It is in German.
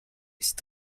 ist